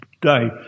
day